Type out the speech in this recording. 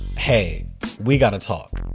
hey we gotta talk.